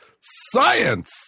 science